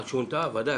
שונתה, ודאי.